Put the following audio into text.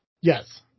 Yes